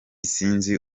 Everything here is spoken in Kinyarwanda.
sinzi